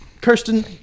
Kirsten